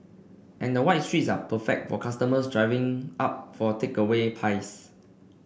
and the wide streets are perfect for customers driving up for takeaway pies